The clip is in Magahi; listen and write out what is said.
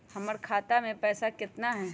हमर खाता मे पैसा केतना है?